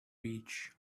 beach